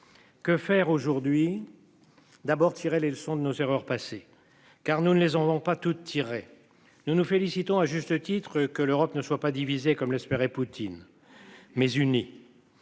Que faire aujourd'hui. D'abord tirer les leçons de nos erreurs passées, car nous ne les avons pas toutes tirées. Nous nous félicitons à juste titre que l'Europe ne soit pas diviser comme l'espérait Poutine mais unis.